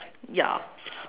ya